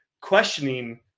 questioning